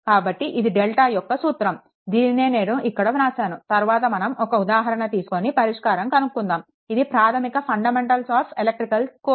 కాబట్టి ఇది డెల్టా యొక్క సూత్రం దీనినే నేను ఇక్కడ వ్రాసాను తరువాత మనం ఒక ఉదాహరణ తీసుకొని పరిష్కారం కనుక్కుందాం ఇది ప్రాథమిక ఫండమెంటల్స్ ఆఫ్ ఎలెక్ట్రికల్ కోర్సు